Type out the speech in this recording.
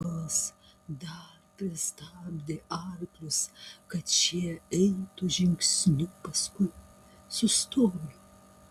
nikolas dar pristabdė arklius kad šie eitų žingsniu paskui sustojo